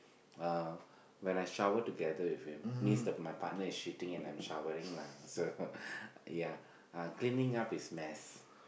uh when I shower together with him means that my partner is shitting and I am showering lah so ya uh cleaning up his mess